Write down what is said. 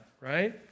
right